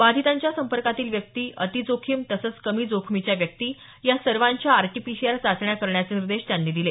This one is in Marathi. बाधितांच्या संपर्कातील व्यक्ती अतिजोखीम तसंच कमी जोखमीच्या व्यक्ती या सर्वांच्या आरपीटीसीआर चाचण्या करण्याचे निर्देश त्यांनी दिले